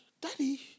Daddy